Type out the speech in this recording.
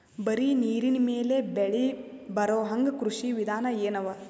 ಬರೀ ನೀರಿನ ಮೇಲೆ ಬೆಳಿ ಬರೊಹಂಗ ಕೃಷಿ ವಿಧಾನ ಎನವ?